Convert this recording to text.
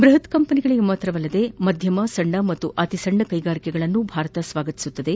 ಬೃಹತ್ ಕಂಪೆನಿಗಳಿಗೆ ಮಾತ್ರವಲ್ಲದೆ ಮಧ್ಯಮ ಸಣ್ಣ ಹಾಗೂ ಅತಿಸಣ್ಣ ಕೈಗಾರಿಕೆಗಳನ್ನು ಭಾರತ ಸ್ವಾಗತಿಸುತ್ತದೆ